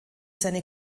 seine